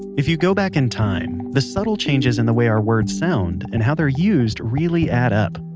if you go back in time, the subtle changes in the way our words sound, and how they're used really add up.